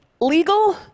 Legal